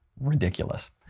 ridiculous